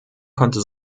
konnte